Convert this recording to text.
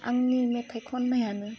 आंनि मेथाइ खन्नायानो